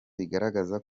rigaragaza